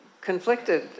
conflicted